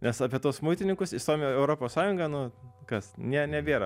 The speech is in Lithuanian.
nes apie tuos muitininkus įstojom į europos sąjungą nu kas ne nebėra